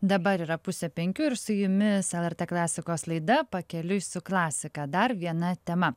dabar yra pusę penkių ir su jumis lrt klasikos laida pakeliui su klasika dar viena tema